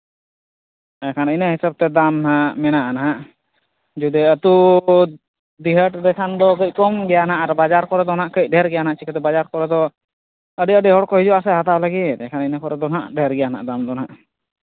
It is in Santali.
ᱮᱸᱰᱮᱠᱷᱟᱱ ᱤᱱᱟᱹ ᱦᱤᱥᱟᱹᱵᱛᱮ ᱫᱟᱢ ᱢᱮᱱᱟᱜᱼᱟ ᱱᱟᱦᱟᱸᱜ ᱡᱩᱫᱤ ᱟᱹᱛᱩ ᱰᱤᱦᱟᱹᱛ ᱨᱮᱠᱷᱟᱱ ᱫᱚ ᱠᱟᱹᱡ ᱠᱚᱢ ᱜᱮᱭᱟ ᱚᱱᱟ ᱟᱨ ᱵᱟᱡᱟᱨ ᱠᱚᱨᱮ ᱠᱚᱢ ᱜᱮᱭᱟ ᱱᱟᱦᱟᱸᱜ ᱠᱚᱢ ᱜᱮᱭᱟ ᱟᱨ ᱵᱟᱡᱟᱨ ᱠᱚᱨᱮ ᱫᱚ ᱦᱟᱸᱜ ᱠᱟᱹᱡ ᱰᱷᱮᱨ ᱜᱮᱭᱟ ᱱᱟᱜ ᱪᱤᱠᱟᱹᱛᱮ ᱵᱟᱡᱟᱨ ᱠᱚᱨᱮ ᱫᱚ ᱟᱹᱰᱤ ᱟᱹᱰᱤ ᱦᱚᱲ ᱠᱚ ᱦᱤᱡᱩᱜ ᱟᱥᱮ ᱦᱟᱛᱟᱣ ᱞᱟᱹᱜᱤᱫ ᱮᱸᱰᱮᱠᱷᱟᱱ ᱤᱱᱟᱹ ᱠᱚᱨᱮ ᱫᱚ ᱦᱟᱸᱜ ᱰᱷᱮᱨ ᱜᱮᱭᱟ ᱫᱟᱢ ᱫᱚ ᱦᱟᱸᱜ